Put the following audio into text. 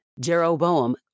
Jeroboam